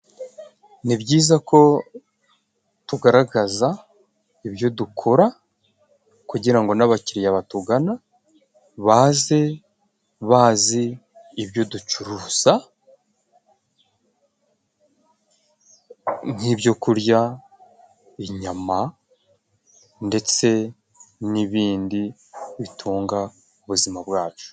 Ni byiza ko tugaragaza ibyo dukora kugira ngo n'abakiriya batugana baze bazi ibyo ducuruza nk'ibyo kurya inyama ndetse n'ibindi bitunga ubuzima bwacu.